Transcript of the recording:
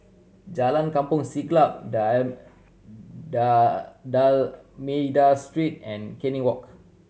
Jalan Kampong Siglap D'Almeida Street and Canning Walk